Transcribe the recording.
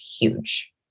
huge